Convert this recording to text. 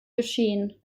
geschehen